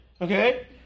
Okay